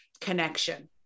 connection